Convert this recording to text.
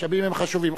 המשאבים הם חשובים.